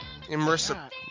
Immersive